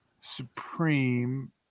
Supreme –